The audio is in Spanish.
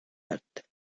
arte